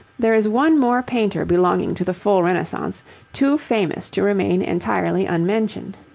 there is one more painter belonging to the full renaissance too famous to remain entirely unmentioned.